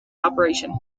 operation